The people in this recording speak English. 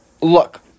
Look